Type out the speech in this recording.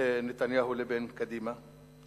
נתניהו לבין קדימה,